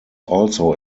also